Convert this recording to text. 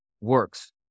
works